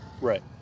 right